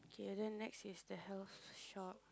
okay then next is the health shop